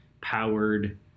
powered